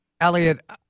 Elliot